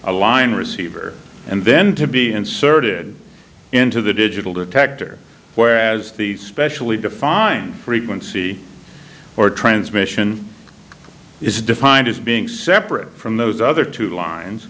a line receiver and then to be inserted into the digital detector whereas the specially defined frequency or transmission is defined as being separate from those other two lines